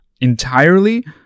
entirely